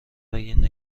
بگین